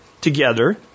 together